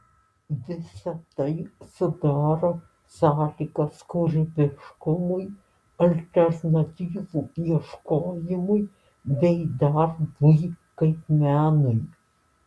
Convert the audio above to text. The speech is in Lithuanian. visa tai sudaro sąlygas kūrybiškumui alternatyvų ieškojimui bei darbui kaip menui